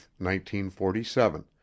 1947